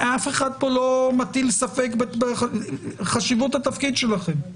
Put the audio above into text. אף אחד פה לא מטיל ספק בחשיבות התפקיד שלכם.